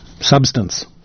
substance